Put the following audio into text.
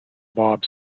bob